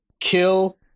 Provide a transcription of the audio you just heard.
kill